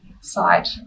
side